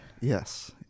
Yes